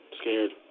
scared